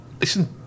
listen